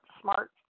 smart